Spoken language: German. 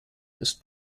ist